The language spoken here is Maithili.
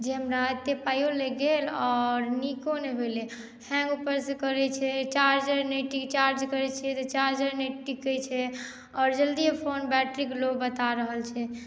जे हमरा एतेक पाइयो लागि गेल आओर नीको नहि भेलै हैंग ऊपरसँ करैत छै चार्जर नहि चार्ज करैत छी तऽ चार्जर नहि टिकैत छै आओर जल्दिये ओ फोन बैट्रिक लो बता रहल छै